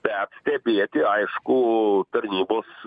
bet stebėti aišku tarnybos